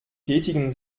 tätigen